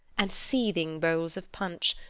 and seething bowls of punch,